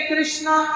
Krishna